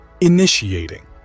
Initiating